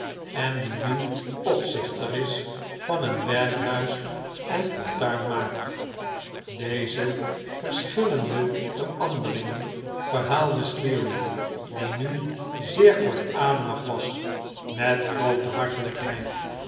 en die nu opzichter is van een werkhuis en fortuin maakt deze verschillende veranderingen verhaalde sleary die nu zeer kortademig was met groote hartelijkheid